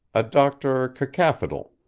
a doctor cacaphodel,